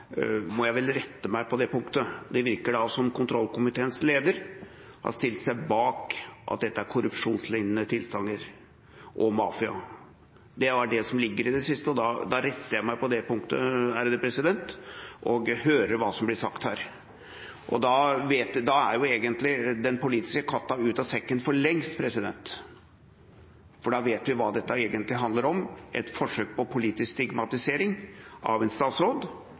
det siste som ble sagt, og da retter jeg meg selv på det punktet og hører hva som blir sagt her. Da er egentlig den politiske katta ute av sekken for lengst, for da vet vi hva dette egentlig handler om; et forsøk på politisk stigmatisering av en statsråd